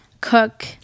cook